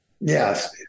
Yes